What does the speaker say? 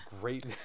great